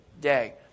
day